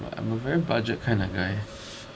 well I'm a very budget of guy